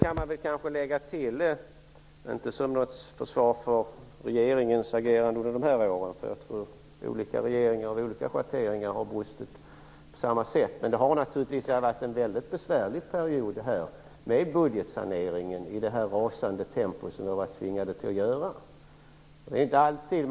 Sedan kan man kanske lägga till att det naturligtvis har varit en mycket besvärlig period med budgetsaneringen i det rasande tempo som vi har varit tvingade till. Detta är inte något försvar för regeringens agerande under de här åren. Jag tror att olika regeringar av olika schatteringar har brustit på samma sätt.